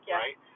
right